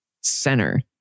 center